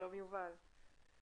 שלום, יובל.